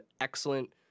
excellent